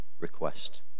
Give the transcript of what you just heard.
request